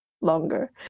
longer